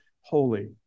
Holy